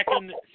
second